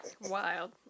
Wild